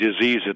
disease